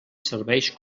serveix